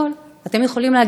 אתם יכולים להגיד הכול.